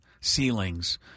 ceilings